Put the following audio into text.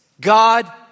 God